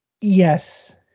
Yes